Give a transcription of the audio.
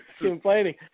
complaining